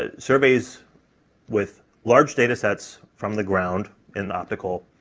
ah surveys with large datasets from the ground in the optical,